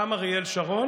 גם את אריאל שרון.